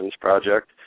Project